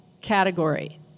category